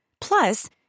Plus